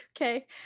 okay